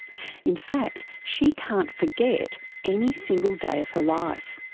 in fact, she can't forget any single day of her life.